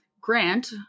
Grant